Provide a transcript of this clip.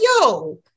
yo